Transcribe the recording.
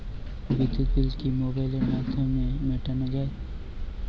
বিদ্যুৎ বিল কি মোবাইলের মাধ্যমে মেটানো য়ায়?